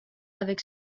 avec